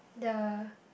the